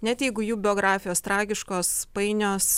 net jeigu jų biografijos tragiškos painios